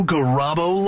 Garabo